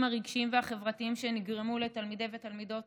הרגשיים והחברתיים שנגרמו לתלמידי ותלמידות